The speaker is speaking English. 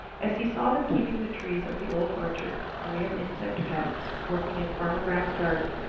as he saw them keeping the trees of the old orchard free of insect pests working in farmer brown's garden,